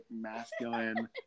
masculine